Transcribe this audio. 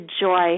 joy